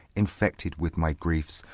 infected with my griefs,